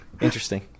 Interesting